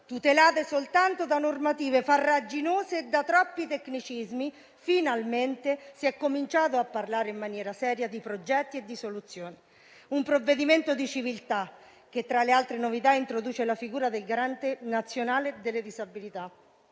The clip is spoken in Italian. tutelate soltanto da normative farraginose e da troppi tecnicismi, finalmente si è cominciato a parlare in maniera seria di progetti e di soluzioni. Quello al nostro esame è dunque un provvedimento di civiltà, che tra le altre novità introduce la figura del Garante nazionale delle disabilità: